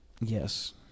Yes